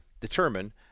determine